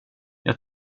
jag